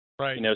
Right